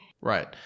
Right